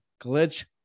Glitch